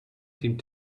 seemed